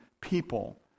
people